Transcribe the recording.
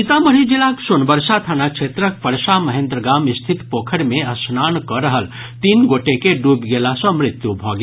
सीतामढ़ी जिलाक सोनबरसा थाना क्षेत्रक परसा महेन्द्र गाम स्थित पोखरि मे स्नान कऽ रहल तीन गोटे के ड्रबि गेला सँ मृत्यु भऽ गेल